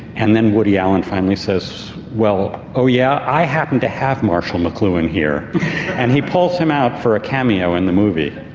and then woody allen finally says, well, oh yeah? i happen to have marshall mcluhan here and he pulls him out for a cameo in the movie.